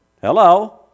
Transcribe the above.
Hello